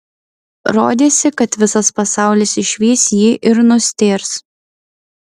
rodėsi kad visas pasaulis išvys jį ir nustėrs